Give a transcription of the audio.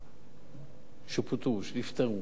שפוטרו, שנפטרו,